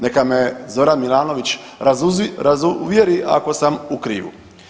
Neka me Zoran Milanović razuvjeri ako sam u krivu.